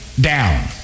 down